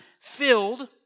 filled